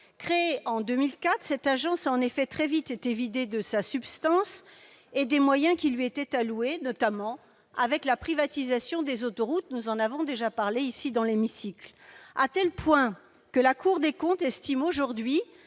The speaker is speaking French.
Créée en 2004, l'AFITF a très vite été vidée de sa substance et des moyens qui lui étaient alloués, notamment avec la privatisation des autoroutes- nous en avons déjà parlé dans cet hémicycle -, à tel point que la Cour des comptes estime aujourd'hui